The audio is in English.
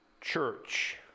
church